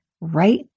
right